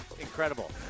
incredible